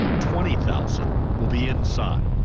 twenty thousand will be inside.